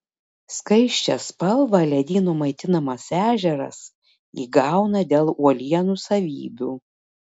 skaisčią spalvą ledyno maitinamas ežeras įgauna dėl uolienų savybių